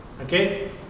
Okay